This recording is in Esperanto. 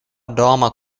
domo